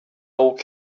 old